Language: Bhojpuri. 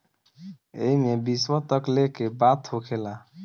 एईमे विश्व तक लेके बात होखेला